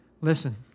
Listen